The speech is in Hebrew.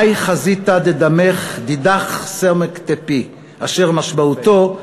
מאי חזית דדמא דידך סומק טפי, אשר משמעותו: